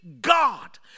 God